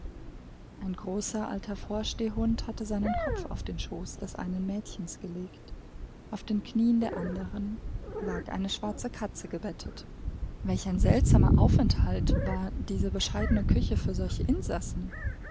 ein großer alter vorstehhund hatte seinen kopf auf den schoß des einen mädchens gelegt auf den knieen der anderen lag eine schwarze katze gebettet welch ein seltsamer aufenthalt war diese bescheidene küche für solche insassen